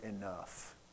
enough